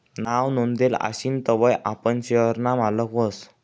नाव नोंदेल आशीन तवय आपण शेयर ना मालक व्हस